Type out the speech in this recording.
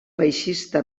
baixista